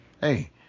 Hey